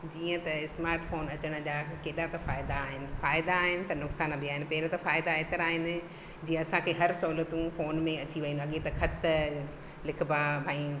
जीअं त smart phone अचण जा केॾा त फ़ाइदा आहिनि फ़ाइदा आहिनि त नुक़सान बि आहिनि पहिरियां त फ़ाइदा एतिरा आहिनि जीअं असांखे हर सहूलियतूं फोन में अची वयूं आहिनि अॻे त ख़त लिखिबा हुआ भाई